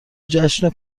جشن